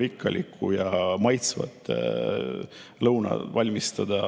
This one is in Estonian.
rikkalikku ja maitsvat lõunat valmistada